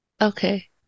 Okay